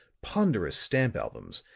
ponderous stamp albums,